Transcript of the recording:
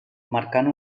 marcant